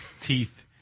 teeth